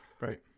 Right